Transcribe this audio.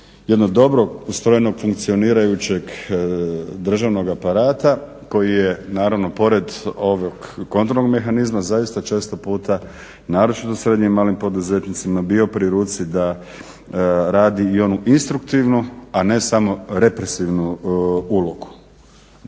jednog dobrog ustrojenog funkcionirajućeg državnog aparata koji je naravno pored ovog kontrolnog mehanizma zaista često puta naročito srednjim i malim poduzetnicima bio pri ruci da radi i onu instruktivnu a ne samo represivnu ulogu.